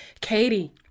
Katie